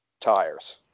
tires